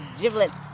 giblets